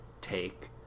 take